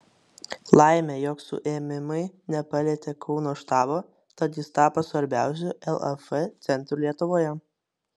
laimė jog suėmimai nepalietė kauno štabo tad jis tapo svarbiausiu laf centru lietuvoje